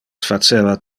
faceva